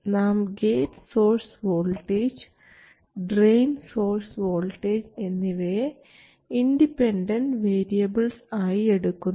നാം gate source voltage drain source voltage എന്നിവയെ independent variables ആയി എടുക്കുന്നു